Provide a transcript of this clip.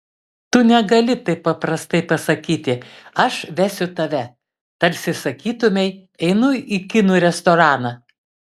tu negali taip paprastai pasakyti aš vesiu tave tarsi sakytumei einu į kinų restoraną